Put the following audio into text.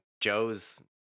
Joe's